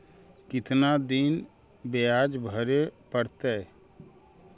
कितना दिन बियाज भरे परतैय?